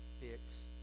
fix